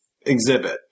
exhibit